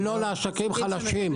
ולא לעסקים חלשים.